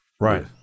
Right